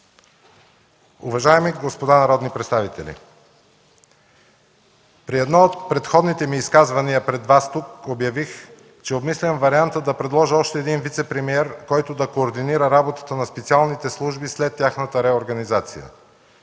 Уважаеми господа народни представители, при едно от предходните ми изказвания тук пред Вас обявих, че обмислям варианта да предложа още един вицепремиер, който да координира работата на специалните служби след тяхната реорганизация.